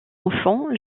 enfants